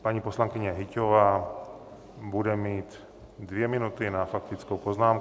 Paní poslankyně Hyťhová bude mít dvě minuty na faktickou poznámku.